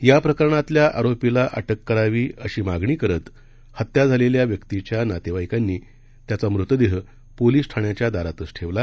या प्रकरणातल्या आरोपीला अटक करावी अशी मागणी करत हत्या झालेल्या व्यक्तीच्या नातेवाईकांनी त्याचा मृतदेह पोलीस ठाण्याच्या दारातच ठेवला